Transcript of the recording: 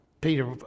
Peter